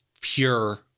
pure